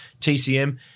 TCM